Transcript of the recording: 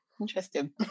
interesting